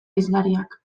hizlariak